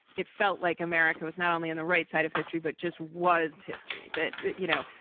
it felt like america was not only on the right side of history, but just was history that, you know,